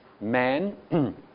man